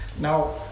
Now